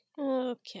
Okay